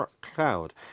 cloud